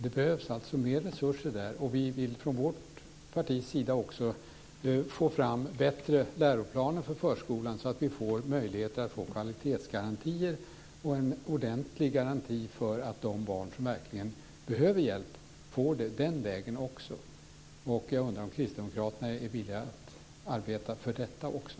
Det behövs alltså mer resurser där. Vi vill från vårt partis sida också få fram bättre läroplaner för förskolan, så att vi får möjligheter att få kvalitetsgarantier och en ordentlig garanti för att de barn som verkligen behöver hjälp får det den vägen också. Jag undrar om Kristdemokraterna är villiga att arbeta för detta också.